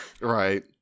Right